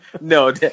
No